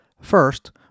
First